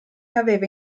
aveva